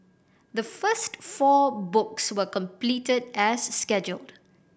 the first four books were completed as scheduled